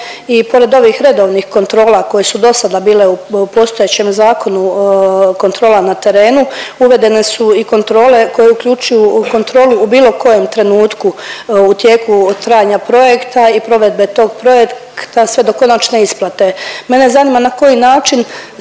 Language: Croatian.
i pored ovih redovnih kontrola koje su do sada bile u postojećem zakonu, kontrola na terenu, uvedene su i kontrole koje uključuju kontrolu u bilo kojem trenutku u tijeku trajanja projekta i provedbe tog projekta sve do konačne isplate. Mene zanima na koji način